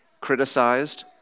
criticized